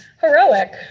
heroic